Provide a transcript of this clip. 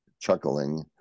chuckling